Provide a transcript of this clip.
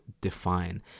define